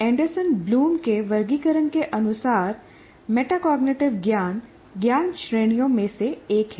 Anderson Bloom के वर्गीकरण के अनुसार मेटाकॉग्निटिव ज्ञान ज्ञान श्रेणियों में से एक है